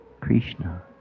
Krishna